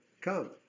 Come